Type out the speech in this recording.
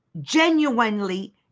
genuinely